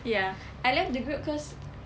ya I left the group cause